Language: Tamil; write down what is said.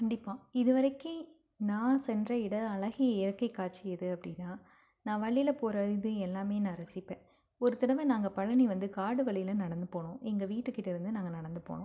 கண்டிப்பாக இது வரைக்கி நான் சென்ற இட அழகிய இயற்கை காட்சி எது அப்படின்னா நான் வழியில போகிற இது எல்லாமே நான் ரசிப்பேன் ஒரு தடவை நாங்கள் பழனி வந்து காடு வழியில நடந்து போனோம் எங்கள் வீட்டுக்கிட்டேருந்து நாங்கள் நடந்து போனோம்